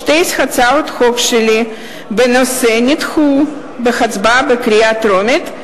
שתי הצעות חוק שלי בנושא נדחו בהצבעה בקריאה טרומית,